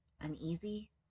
Uneasy